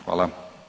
Hvala.